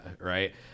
Right